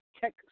tech